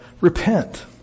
Repent